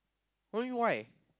what you mean why